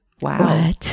wow